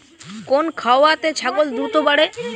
কোন খাওয়ারে ছাগল দ্রুত বাড়ে?